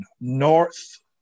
north